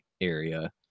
area